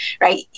Right